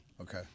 Okay